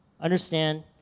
Understand